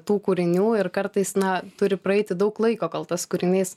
tų kūrinių ir kartais na turi praeiti daug laiko kol tas kūrinys